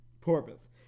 Porpoise